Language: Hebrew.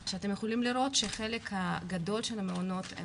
שאתם יכולים לראות שחלק גדול של המעונות הם